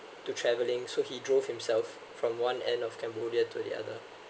to travelling so he drove himself from one end of cambodia to the other